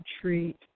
treat